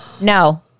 no